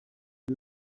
uri